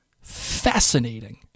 fascinating